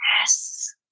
Yes